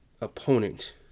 opponent